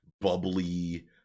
bubbly